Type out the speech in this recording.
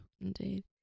indeed